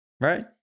Right